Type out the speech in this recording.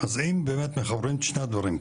אז אם באמת מחברים את שני הדברים,